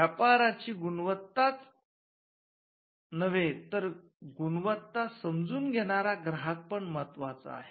व्यापाराची गुणवत्ताच नव्हे तर ती गुणवत्ता समजून घेणारा ग्राहक पण महत्वाचा आहे